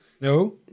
No